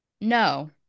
no